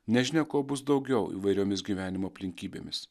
nežinia kuo bus daugiau įvairiomis gyvenimo aplinkybėmis